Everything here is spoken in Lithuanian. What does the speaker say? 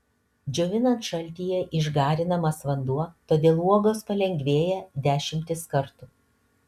džiovinant šaltyje išgarinamas vanduo todėl uogos palengvėja dešimtimis kartų